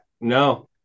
no